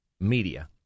media